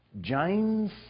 James